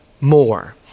more